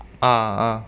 uh uh